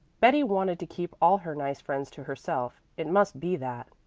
betty wanted to keep all her nice friends to herself. it must be that.